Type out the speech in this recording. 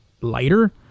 lighter